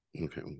Okay